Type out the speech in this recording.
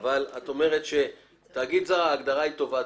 דרך אגב, תאגיד זר, ההגדרה היא טובה.